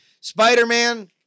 Spider-Man